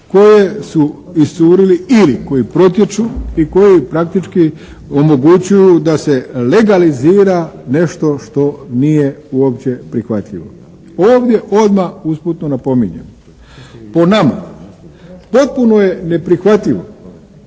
koje su iscurili ili koji protječu i koji praktički omogućuju da se legalizira nešto što nije uopće prihvatljivo. Ovdje odmah usputno napominjem, po nama potpuno je neprihvatljivo